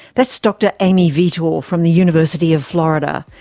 that's dr amy vittor from the university of florida.